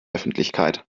öffentlichkeit